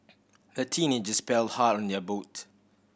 a teenagers paddled hard on their boat